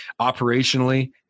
Operationally